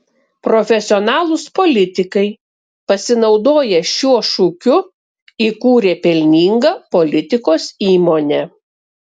profesionalūs politikai pasinaudoję šiuo šūkiu įkūrė pelningą politikos įmonę